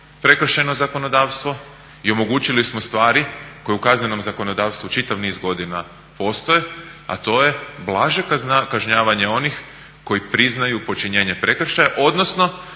prekršajno zakonodavstvo i omogućili smo stvari koje u kaznenom zakonodavstvu čitav niz godina postoje, a to je blaže kažnjavanje onih koji priznaju počinjenje prekršaja odnosno